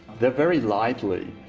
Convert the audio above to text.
they're very lively.